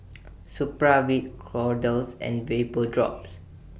Supravit Kordel's and Vapodrops